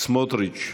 סמוטריץ'.